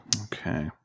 okay